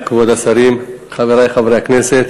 כבוד השרים, חברי חברי הכנסת,